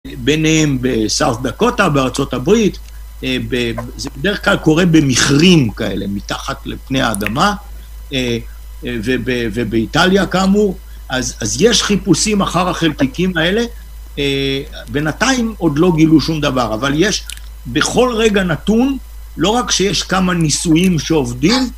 ביניהם בסארט דקוטה, בארצות הברית, זה בדרך כלל קורה במכרים כאלה, מתחת לפני האדמה, ובאיטליה כאמור, אז יש חיפושים אחר החלטיקים האלה, בינתיים עוד לא גילו שום דבר, אבל יש, בכל רגע נתון, לא רק שיש כמה ניסויים שעובדים,